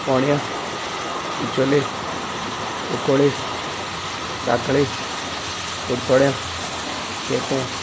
फोण्या बिछोले कुकोळे साकळे कडचोड्यां केप्यां